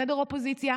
בסדר, אופוזיציה?